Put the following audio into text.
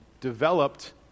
developed